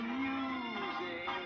music